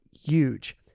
huge